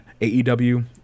AEW